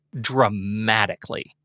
dramatically